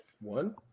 One